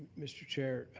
mr. chair,